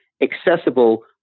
accessible